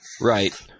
Right